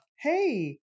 hey